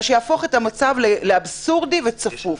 מה שיהפוך את המצב לאבסורדי וצפוף.